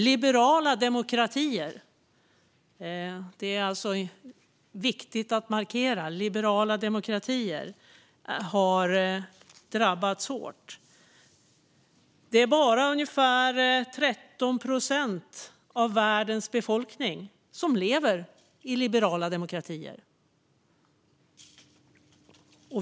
Liberala demokratier - det är viktigt att markera - har drabbats hårt. Det är bara ungefär 13 procent av världens befolkning som lever i liberala demokratier.